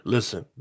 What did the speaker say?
Listen